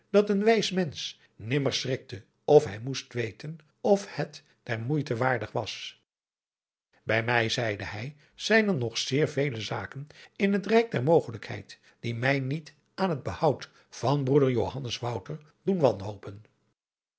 dat een wijs mensch nimmer schrikte of hij moest weten of het der moeite waardig was bij mij zeide hij zijn er nog zeer vele zaken in het rijk der mogelijkheid die mij niet aan het behoud van broeder johannes wouter doen wanhopen